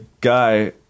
guy